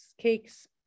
cakes